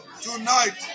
tonight